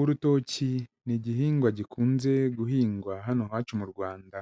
Urutoki ni igihingwa gikunze guhingwa hano iwacu mu Rwanda